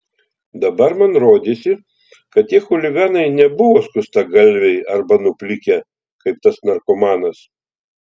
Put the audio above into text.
dabar man rodėsi kad tie chuliganai nebuvo skustagalviai arba nuplikę kaip tas narkomanas